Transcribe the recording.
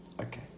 Okay